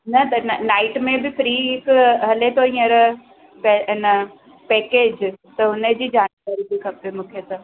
न त नाईट में बि फ्री हिकु हले थो हींअर प इन पेकैज त हुनजी जानकारी बि खपे मूंखे त